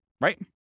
Right